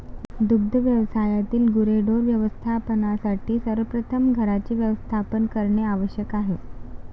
दुग्ध व्यवसायातील गुरेढोरे व्यवस्थापनासाठी सर्वप्रथम घरांचे व्यवस्थापन करणे आवश्यक आहे